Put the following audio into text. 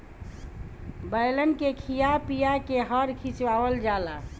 बैलन के खिया पिया के हल खिचवावल जाला